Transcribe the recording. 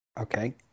Okay